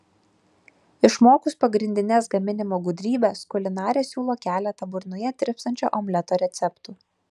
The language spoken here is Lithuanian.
išmokus pagrindines gaminimo gudrybes kulinarė siūlo keletą burnoje tirpstančio omleto receptų